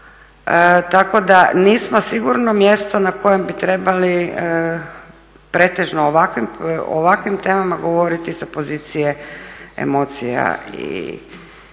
tako da nismo sigurno mjesto na kojem bi trebali pretežno o ovakvim temama govoriti sa pozicije emocija i